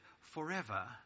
forever